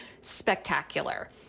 spectacular